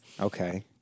Okay